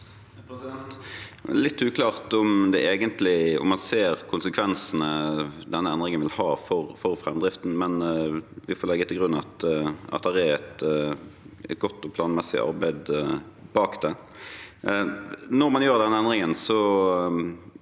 Det er litt uklart om man ser konsekvensene denne endringen vil ha for framdriften, men vi får legge til grunn at det er et godt og planmessig arbeid bak det. Når man gjør den endringen,